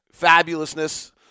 fabulousness